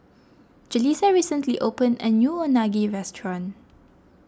Jalisa recently opened a new Unagi restaurant